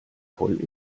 voll